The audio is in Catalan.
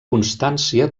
constància